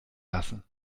lassen